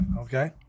okay